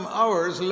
hours